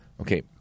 Okay